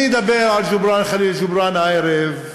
אני אדבר על ג'ובראן ח'ליל ג'ובראן הערב,